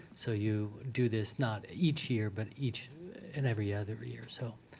so you do this not each year but each and every other year. so